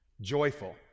Joyful